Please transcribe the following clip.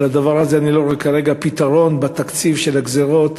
לדבר הזה אני לא רואה כרגע פתרון בתקציב של הגזירות,